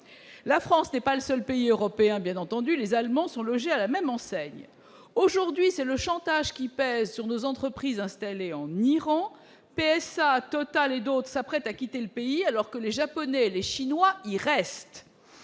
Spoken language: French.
La France n'est pas le seul pays européen dans cette situation, bien entendu, les Allemands étant logés à la même enseigne. Aujourd'hui, le chantage pèse sur nos entreprises actives en Iran. PSA, Total et d'autres s'apprêtent à quitter le pays, alors que les Japonais et les Chinois y restent.